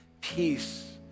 peace